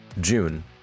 June